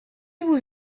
vous